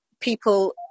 people